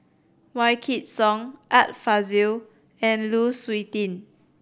Wykidd Song Art Fazil and Lu Suitin